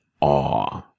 awe